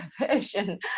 version